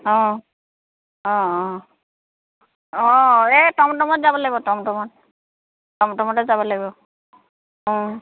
অঁ অঁ অঁ অঁ এই টমটমত যাব লাগিব টমটমত টমটমতে যাব লাগিব অঁ